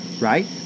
right